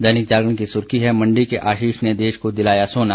दैनिक जागरण की सुर्खी है मंडी के आशीष ने देश को दिलाया सोना